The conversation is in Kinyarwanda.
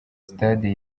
stade